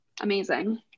Amazing